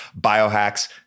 Biohacks